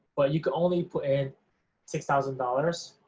but you can only put in six thousand dollars